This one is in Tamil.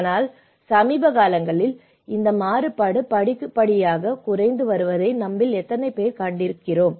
ஆனால் சமீப காலங்களில் இந்த மாறுபாடு படிப்படியாக குறைந்து வருவதை நம்மில் எத்தனை பேர் கண்டிருக்கிறோம்